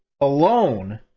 alone